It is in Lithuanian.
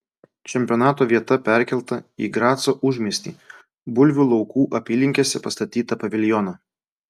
čempionato vieta perkelta į graco užmiestį bulvių laukų apylinkėse pastatytą paviljoną